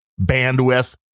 bandwidth